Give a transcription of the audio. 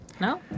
No